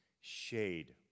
shade